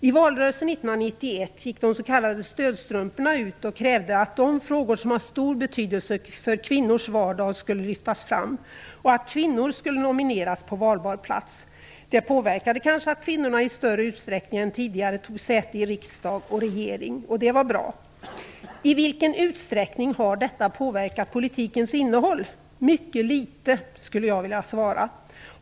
I valrörelsen 1991 gick de s.k. stödstrumporna ut och krävde att de frågor som har stor betydelse för kvinnors vardag skulle lyftas fram och att kvinnor skulle nomineras på valbar plats. Det påverkade kanske att kvinnorna i större utsträckning än tidigare tog säte i riksdag och regering. Det var bra. I vilken utsträckning har detta påverkat politikens innehåll? Mycket litet, skulle jag vilja svara.